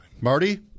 Marty